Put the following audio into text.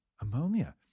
Ammonia